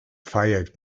feiert